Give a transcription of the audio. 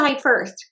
first